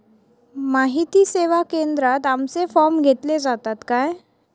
माहिती सेवा केंद्रात आमचे फॉर्म घेतले जातात काय?